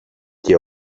και